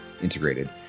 integrated